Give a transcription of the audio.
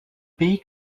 pays